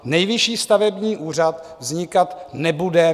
Nejvyšší stavební úřad vznikat nebude.